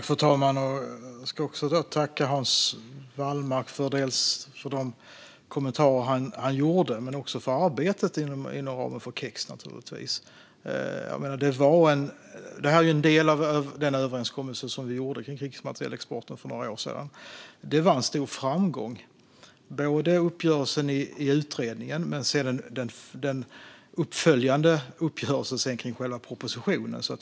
Fru talman! Jag tackar Hans Wallmark för kommentarerna men också för det arbete han gjorde inom ramen för KEX. Det här är en del av den överenskommelse vi gjorde om krigsmaterielexporten för några år sedan. Det var en stor framgång, såväl uppgörelsen i utredningen som den uppföljande uppgörelsen om propositionen.